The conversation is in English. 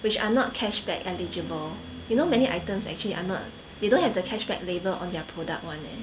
which are not cashback eligible you know many items actually are not they don't have the cashback label on their product [one] leh